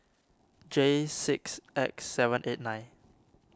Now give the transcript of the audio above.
J six X seven eight nine